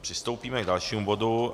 Přistoupíme k dalšímu bodu.